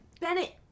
Bennett